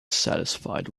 satisfied